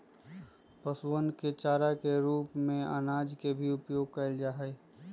पशुअन के चारा के रूप में अनाज के भी उपयोग कइल जाहई